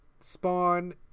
spawn